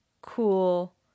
cool